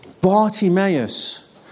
Bartimaeus